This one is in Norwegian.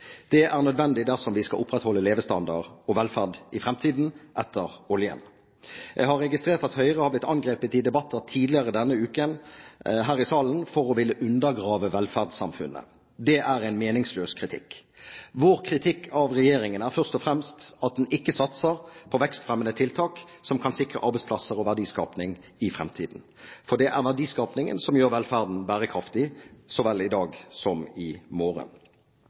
Det er nødvendig dersom vi skal opprettholde levestandard og velferd i framtiden, etter oljen. Jeg har registrert at Høyre har blitt angrepet i debatter tidligere i denne uken her i salen for å ville undergrave velferdssamfunnet. Det er en meningsløs kritikk. Vår kritikk av regjeringen er først og fremst at den ikke satser på vekstfremmende tiltak som kan sikre arbeidsplasser og verdiskaping i framtiden, for det er verdiskapingen som gjør velferden bærekraftig så vel i dag som i morgen.